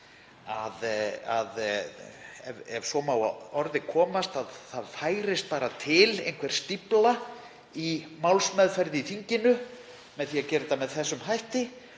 ef svo má að orði komast, að það færist bara til einhver stífla í málsmeðferð í þinginu með því að gera þetta með þessum hætti,